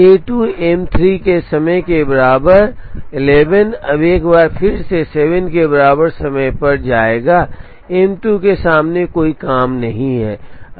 J 2 M 3 के समय के बराबर 11 अब एक बार फिर से 7 के बराबर समय पर जाएगा M 2 के सामने कोई काम नहीं है